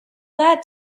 that